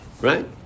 Right